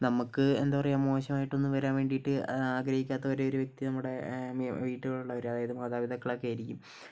നമുക്ക് എന്താ പറയുക മോശമായിട്ട് ഒന്നും വരാൻ വേണ്ടീട്ട് ആഗ്രഹിക്കാത്ത ഒരേ ഒരു വ്യക്തി നമ്മുടെ വീട്ടിലുള്ളവർ അതായത് മാതാപിതാക്കൾ ഒക്കെ ആയിരിക്കും